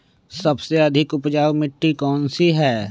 सबसे अधिक उपजाऊ मिट्टी कौन सी हैं?